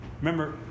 remember